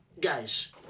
Guys